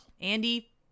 Andy